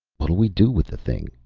what'll we do with the thing?